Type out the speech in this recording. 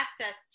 access